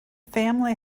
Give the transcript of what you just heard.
family